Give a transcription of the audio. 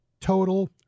total